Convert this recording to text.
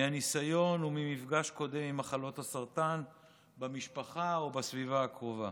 מהניסיון וממפגש קודם עם מחלות הסרטן במשפחה או בסביבה הקרובה.